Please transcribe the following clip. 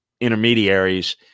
intermediaries